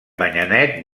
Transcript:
manyanet